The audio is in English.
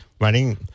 running